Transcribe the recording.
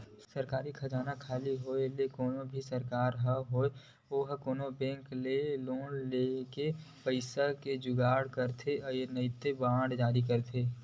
सरकारी खजाना खाली होय ले कोनो भी सरकार होय ओहा कोनो बेंक ले लोन लेके पइसा के जुगाड़ करथे नइते बांड जारी करथे